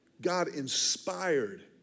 God-inspired